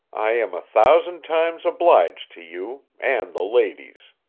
i am a thousand times obliged to you and the ladies,